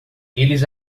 eles